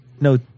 No